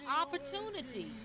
opportunity